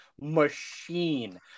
machine